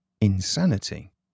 insanity